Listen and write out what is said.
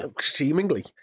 seemingly